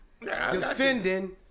defending